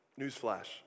Newsflash